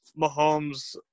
Mahomes